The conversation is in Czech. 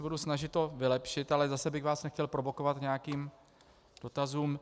Budu se snažit to vylepšit, ale zase bych vás nechtěl provokovat k nějakým dotazům.